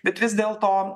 bet vis dėlto